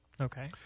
Okay